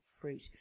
fruit